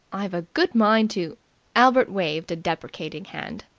i've a good mind to albert waved a deprecating hand.